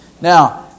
Now